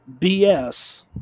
BS